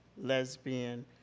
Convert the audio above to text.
lesbian